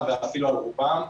סיוע כמובן בתחום